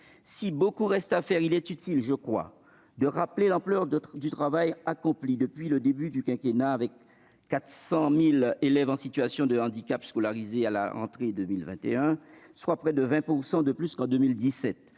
Si beaucoup reste à faire, il est utile, je pense, de rappeler l'ampleur du travail accompli depuis le début du quinquennat : 400 000 élèves en situation de handicap étaient scolarisés à la rentrée 2021, soit près de 20 % de plus qu'en 2017.